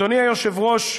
אדוני היושב-ראש,